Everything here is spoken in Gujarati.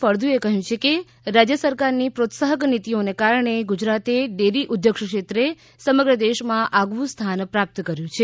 ફળદુ કહ્યું છે કે રાજ્ય સરકારની પ્રોત્સાહક નીતિઓને કારણે ગુજરાતે ડેરી ઉધોગ ક્ષેત્રે સમગ્ર દેશમાં આગવું સ્થાન પ્રાપ્ત કર્યું છે